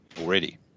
already